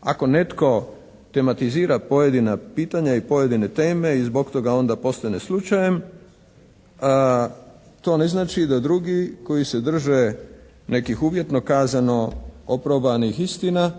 ako netko tematizira pojedina pitanja i pojedine teme i zbog toga onda postane slučajem to ne znači da drugi koji se drže nekih uvjetno kazano oprobanih istina